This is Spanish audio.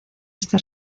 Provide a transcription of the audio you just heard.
este